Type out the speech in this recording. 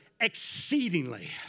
exceedingly